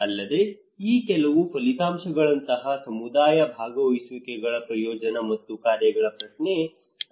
ಅಲ್ಲದೆ ಈ ಕೆಲವು ಫಲಿತಾಂಶಗಳಂತಹ ಸಮುದಾಯ ಭಾಗವಹಿಸುವಿಕೆಗಳ ಪ್ರಯೋಜನ ಮತ್ತು ಕಾರ್ಯಗಳ ಪ್ರಶ್ನೆ ಆಗಿದೆ